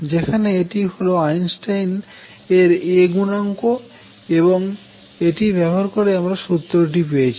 যেখানে এটি হল আইনস্টাইন এর A গুনাঙ্ক এবং এটি ব্যবহার করে আমরা সুত্রটি পেয়েছি